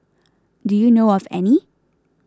do you know of any